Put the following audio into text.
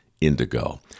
indigo